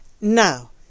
Now